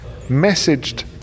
messaged